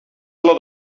lot